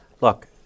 Look